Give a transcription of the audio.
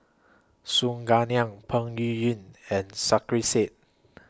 Su Guaning Peng Yuyun and Sarkasi Said